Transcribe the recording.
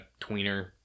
tweener